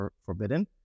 forbidden